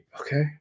Okay